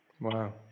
Wow